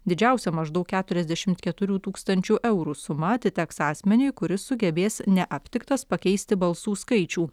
didžiausia maždaug keturiasdešimt keturių tūkstančių eurų suma atiteks asmeniui kuris sugebės neaptiktas pakeisti balsų skaičių